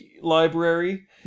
library